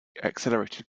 accelerated